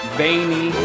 veiny